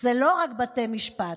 זה לא רק בתי משפט.